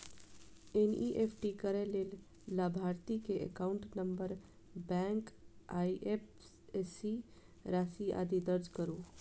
NEFT करै लेल लाभार्थी के एकाउंट नंबर, बैंक, आईएपएससी, राशि, आदि दर्ज करू